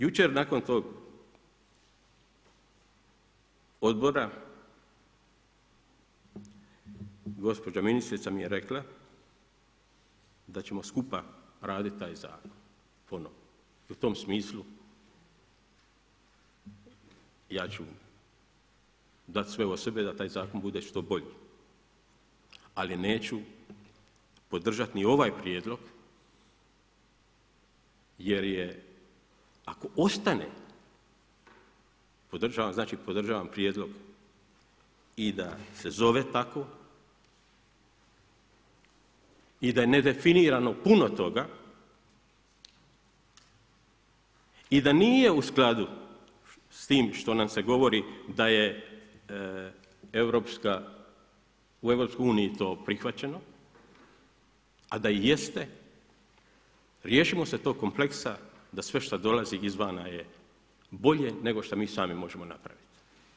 Jučer nakon tog odbora gospođa ministrica mi je rekla da ćemo skupa raditi taj zakon ponovno, u tom smislu ja ću dat sve od sebe da taj zakon bude što bolji ali neću podržati ni ovaj prijedlog jer je ako ostane, podržavam prijedlog i da se zove tako i da je nedefinirano puno toga i da nije u skladu s tim što nam se govori da je u EU to prihvaćeno a da jeste, riješimo se tog kompleksa da sve šta dolazi izvana je bolje nego što mi sami možemo napraviti.